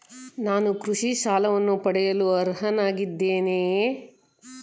ನಾನು ಕೃಷಿ ಸಾಲವನ್ನು ಪಡೆಯಲು ಅರ್ಹನಾಗಿದ್ದೇನೆಯೇ?